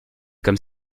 comme